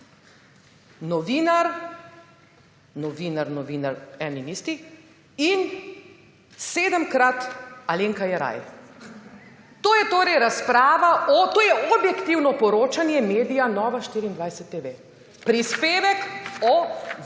Novinar, novinar, novinar eden in isti, in sedemkrat Alenka Jeraj. To je torej razprava, to je objektivno poročanje medija Nova24TV, prispevek o Zakonu